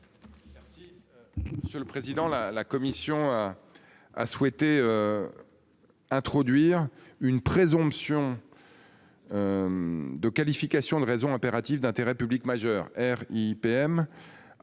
quartier. Monsieur le président. La la commission. A souhaité. Introduire une présomption. De qualification de raison impérative d'intérêt public majeur R IPM